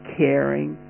caring